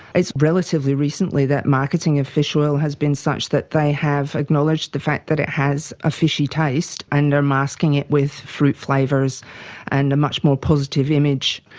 it's relatively recently that marketing of fish oil has been such that they have acknowledged the fact that it has a fishy taste and they are masking it with fruit flavours and a much more positive image.